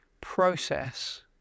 process